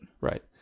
Right